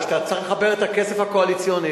אבל אתה צריך לחבר את הכסף הקואליציוני,